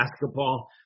basketball